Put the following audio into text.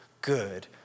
good